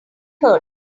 hurt